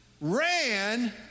ran